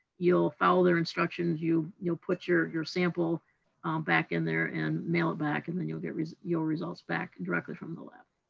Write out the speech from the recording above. you'll follow their instructions, you'll put your your sample back in there and mail it back, and then you'll get your results back directly from the lab.